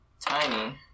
Tiny